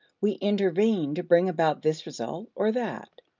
we intervene to bring about this result or that.